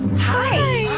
hi!